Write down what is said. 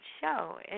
show